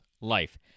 life